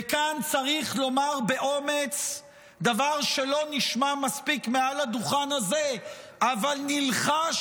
וכאן צריך לומר באומץ דבר שלא נשמע מספיק מעל הדוכן הזה אבל נלחש